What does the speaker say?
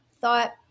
thought